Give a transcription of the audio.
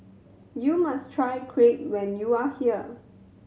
you must try Crepe when you are here